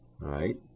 right